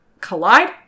collide